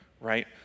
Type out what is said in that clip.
Right